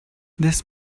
this